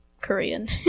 Korean